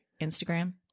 Instagram